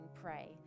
pray